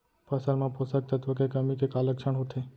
फसल मा पोसक तत्व के कमी के का लक्षण होथे?